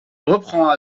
reprend